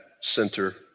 center